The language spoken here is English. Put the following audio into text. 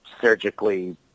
surgically